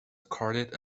accorded